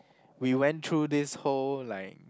we went through this whole like